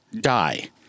die